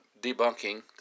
debunking